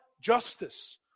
justice